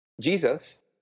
Jesus